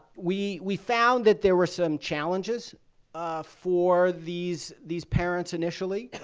we we found that there were some challenges for these these parents initially.